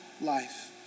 life